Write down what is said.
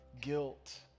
guilt